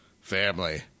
family